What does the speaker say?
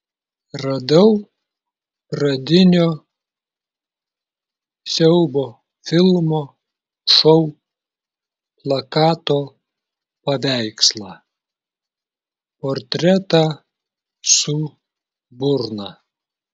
radau pradinio siaubo filmo šou plakato paveikslą portretą su burna